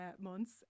months